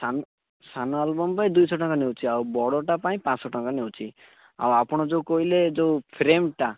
ସା ସାନ ଆଲବମ୍ ପାଇଁ ଦୁଇଶହ ଟଙ୍କା ନେଉଛି ଆଉ ବଡ଼ଟା ପାଇଁ ପାଞ୍ଚଶହ ଟଙ୍କା ନେଉଛି ଆଉ ଆପଣ ଯେଉଁ କହିଲେ ଯେଉଁ ଫ୍ରେମଟା